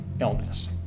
illness